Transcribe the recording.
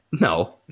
No